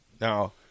Now